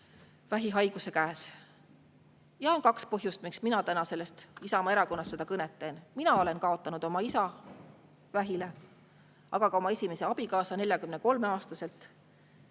vähihaiguse käes. On kaks põhjust, miks mina Isamaa Erakonnast seda kõnet täna teen. Mina olen kaotanud oma isa vähile, aga ka oma esimese abikaasa 43-aastaselt.